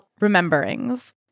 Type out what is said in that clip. Rememberings